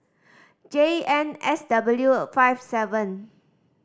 J N S W five seven